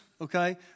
okay